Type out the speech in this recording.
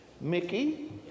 Mickey